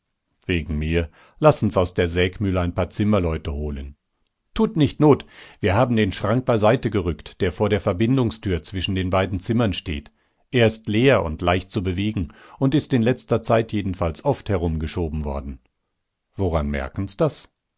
wegen mir lassen's aus der sägmühl ein paar zimmerleute holen tut nicht not wir haben den schrank beiseite gerückt der vor der verbindungstür zwischen den beiden zimmern steht er ist leer und leicht zu bewegen und ist in letzter zeit jedenfalls oft herumgeschoben worden woran merken's das